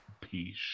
piece